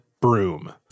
broom